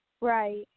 Right